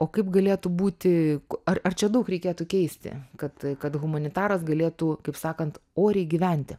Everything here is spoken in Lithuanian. o kaip galėtų būti ar ar čia daug reikėtų keisti kad kad humanitaras galėtų kaip sakant oriai gyventi